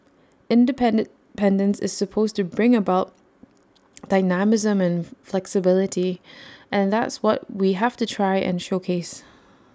in depend is supposed to bring about dynamism and flexibility and that's what we have to try and showcase